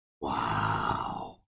Wow